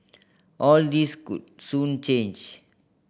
all this could soon change